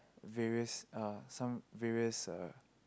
various uh some various uh